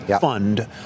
fund